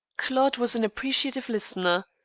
claude was an appreciative listener.